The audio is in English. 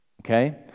Okay